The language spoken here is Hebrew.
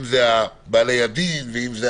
אם זה בעלי הדין ואם זה